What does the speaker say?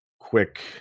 quick